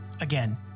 Again